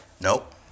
Nope